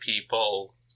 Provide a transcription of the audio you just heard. people